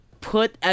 put